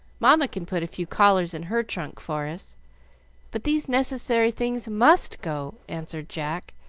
mamma can put a few collars in her trunk for us but these necessary things must go, answered jack,